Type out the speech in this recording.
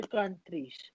countries